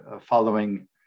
following